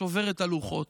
שובר את הלוחות.